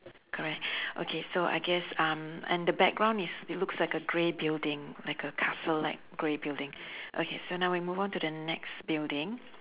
correct okay so I guess um and the background is it looks like a grey building like a castle like grey building okay so now we move on to the next building